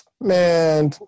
man